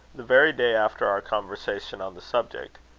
the very day after our conversation on the subject.